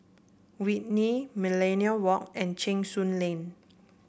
Whitley Millenia Walk and Cheng Soon Lane